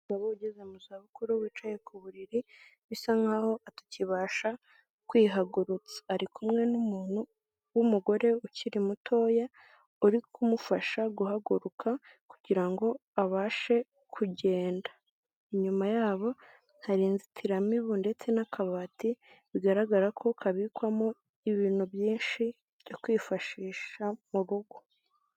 Umugabo ugeze mu za bukuru wicaye ku buriri bisa nk'aho atakibasha kwihagurutsa ari kumwe n'umuntu w'umugore ukiri mutoya uri kumufasha guhaguruka kugira ngo abashe kugenda inyuma yabo hari inzitiramibu ndetse n'akabati bigaragara ko kabikwamo ibintu byinshi byo kwifashisha mu rugo.